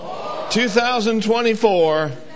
2024